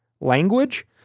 language